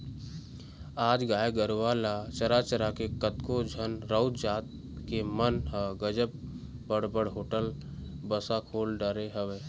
आज गाय गरुवा ल चरा चरा के कतको झन राउत जात के मन ह गजब बड़ बड़ होटल बासा खोल डरे हवय